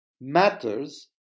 matters